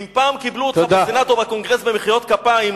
אם פעם קיבלו אותך בסנאט או בקונגרס במחיאות כפיים,